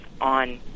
on